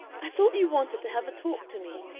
i thought you wanted to have a talk to me,